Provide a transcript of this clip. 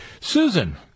Susan